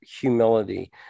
humility